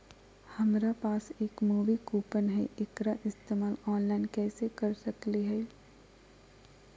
हमरा पास एक मूवी कूपन हई, एकरा इस्तेमाल ऑनलाइन कैसे कर सकली हई?